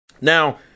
Now